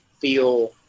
feel